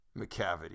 McCavity